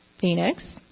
Phoenix